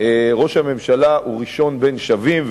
ראש הממשלה הוא ראשון בין שווים,